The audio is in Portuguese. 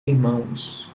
irmãos